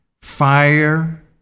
fire